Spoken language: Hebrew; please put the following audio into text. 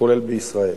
כולל בישראל.